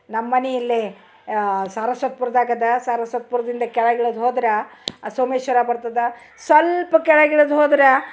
ನಮ್ಮನೆ ಇಲ್ಲೇ ಸರಸ್ವತ್ಪುರ್ದಾಗದ ಸರಸ್ವತ್ಪುರ್ದಿಂದ ಕೆಳಗಿಳ್ದ ಹೋದ್ರ ಸೋಮೇಶ್ವರ ಬರ್ತದ ಸ್ವಲ್ಪ ಕೆಳಗಿಳ್ದ ಹೋದ್ರ